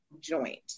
joint